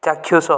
ଚାକ୍ଷୁଷ